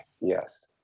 Yes